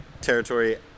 territory